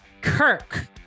Kirk